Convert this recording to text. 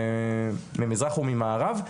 ממזרח וממערב.